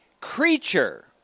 Creature